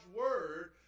word